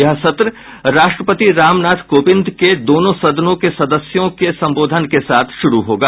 यह सत्र राष्ट्रपति रामनाथ कोविंद के दोनों सदनों के सदस्यों के संबोधन के साथ शुरू होगा